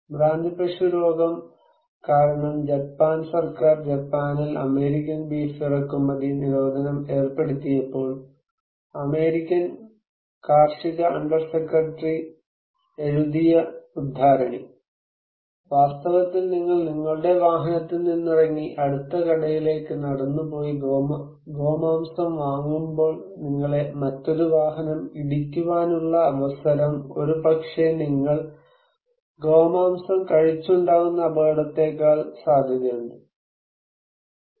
ഭ്രാന്തിപ്പശു രോഗം കാരണം ജപ്പാൻ സർക്കാർ ജപ്പാനിൽ അമേരിക്കൻ ബീഫ് ഇറക്കുമതി നിരോധനം ഏർപ്പെടുത്തിയപ്പോൾ അമേരിക്കൻ കാർഷിക അണ്ടർ സെക്രട്ടറി എഴുതിയ ഉദ്ധരണി വാസ്തവത്തിൽ നിങ്ങൾ നിങ്ങളുടെ വാഹനത്തിൽ നിന്നിറങ്ങി അടുത്ത കടയിലേക്ക് നടന്നു പോയി ഗോമാംസം വാങ്ങുമ്പോൾ നിങ്ങളെ മറ്റൊരു വാഹനം ഇടിക്കുവാനുള്ള അവസരം ഒരുപക്ഷേ നിങ്ങൾ ഗോമാംസം കഴിച്ചുണ്ടാകുന്ന അപകടത്തെകാൾ സാധ്യതയുണ്ട് "